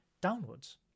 downwards